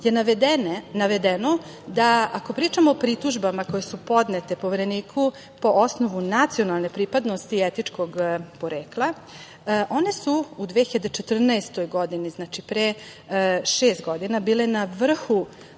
je navedeno da ako pričamo o pritužbama koje su podnete Povereniku po osnovu nacionalne pripadnosti i etičkog porekla, one su u 2014. godini, znači, pre šest godina, bile na vrhu